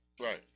Right